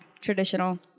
Traditional